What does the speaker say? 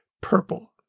purple